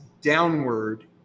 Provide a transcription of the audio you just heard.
downward